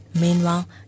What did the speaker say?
Meanwhile